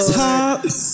tops